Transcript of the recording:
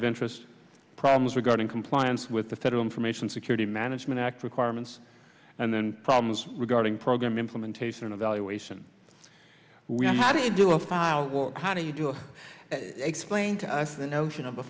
of interest problems regarding compliance with the federal information security management act requirements and then problems regarding program implementation of valuation we had a dual file kind of you to explain to us a notion of a